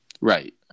Right